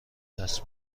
دست